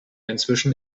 inzwischen